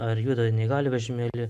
ar juda neįgaliojo vežimėly